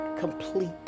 Complete